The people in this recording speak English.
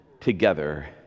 together